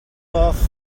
off